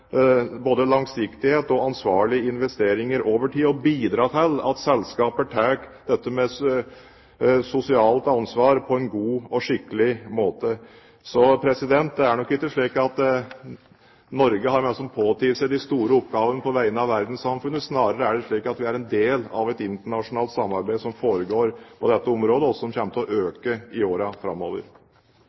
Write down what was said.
både langsiktighet og ansvarlige investeringer over tid, og som bidrar til at selskap tar dette med sosialt ansvar på en god og skikkelig måte. Så det er nok ikke slik at Norge liksom har påtatt seg de store oppgavene på vegne av verdenssamfunnet. Snarere er det slik at vi er en del av et internasjonalt samarbeid som foregår på dette området, og som kommer til å øke i årene framover.